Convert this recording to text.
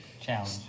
Challenge